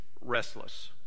restless